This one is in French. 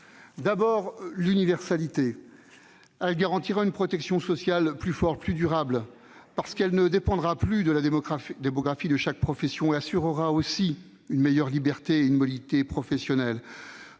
: l'universalité. Elle garantira une protection sociale plus forte et plus durable, parce qu'elle ne dépendra plus de la démographie de chaque profession. Elle assurera aussi une plus grande liberté et une meilleure mobilité professionnelle.